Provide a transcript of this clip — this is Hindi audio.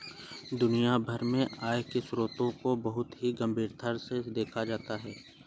दुनिया भर में आय के स्रोतों को बहुत ही गम्भीरता से देखा जाता है